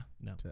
No